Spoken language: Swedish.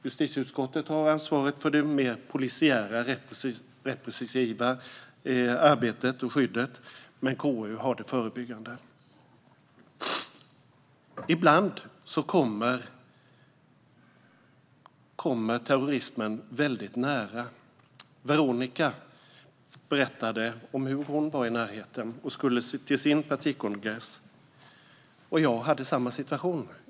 Justitieutskottet har ansvar för det mer polisiära repressiva arbetet och skyddet, men KU har det förebyggande ansvaret. Ibland kommer terrorismen väldigt nära. Veronica Lindholm berättade om hur hon var i närheten när hon skulle sin partikongress. Jag var i samma situation.